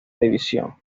división